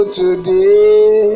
today